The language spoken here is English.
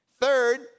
Third